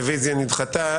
הרביזיה נדחתה.